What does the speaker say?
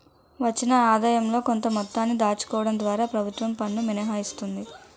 వచ్చిన ఆదాయంలో కొంత మొత్తాన్ని దాచుకోవడం ద్వారా ప్రభుత్వం పన్ను మినహాయిస్తుంది